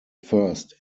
first